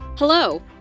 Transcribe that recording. Hello